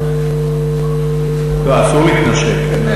לא, אסור להתנשק.